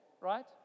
right